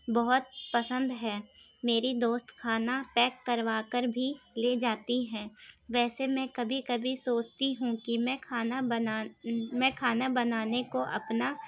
بہت پسند ہے میری دوست کھانا پیک کروا کر بھی لے جاتی ہے ویسے میں کبھی کبھی سوچتی ہوں کہ میں کھانا بنا میں کھانا بنانے کو اپنا